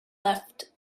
left